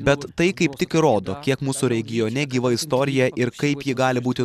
bet tai kaip tik įrodo kiek mūsų regione gyva istorija ir kaip ji gali būti